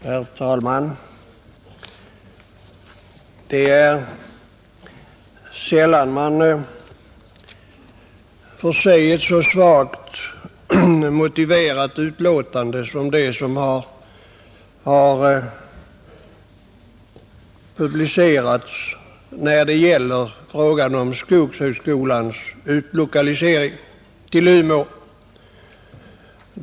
Herr talman! Det är sällan man får se ett så svagt motiverat betänkande som det som har publicerats när det gäller frågan om skogshögskolans utlokalisering till Umeå.